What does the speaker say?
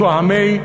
תואמי,